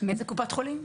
מאיזה קופת חולים?